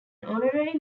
honorary